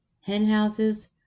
hen-houses